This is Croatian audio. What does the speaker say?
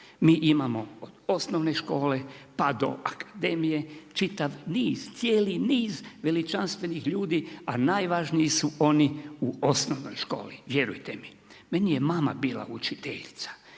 Mi imamo od osnovne škole pa do akademije, čitav niz, cijeli niz veličanstvenih ljudi, a najvažniji su oni u osnovnoj školi. Vjerujte mi. Meni je mama bila učiteljica